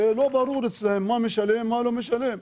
לא ברור אצלנו על מה נשלם ועל מה לא נשלם.